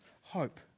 hope